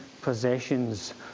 possessions